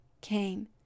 came